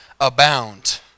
abound